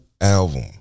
album